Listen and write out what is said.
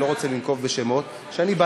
אני לא רוצה לנקוב בשמות,